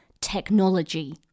technology